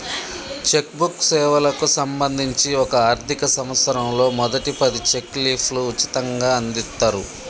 check book సేవలకు సంబంధించి ఒక ఆర్థిక సంవత్సరంలో మొదటి పది చెక్ లీఫ్లు ఉచితంగ అందిత్తరు